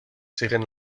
siguen